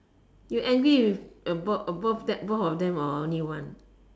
you angry with both both of them or only one